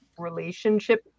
relationship